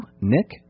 nick